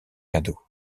cadeaux